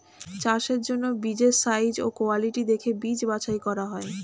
চাষের জন্য বীজের সাইজ ও কোয়ালিটি দেখে বীজ বাছাই করা হয়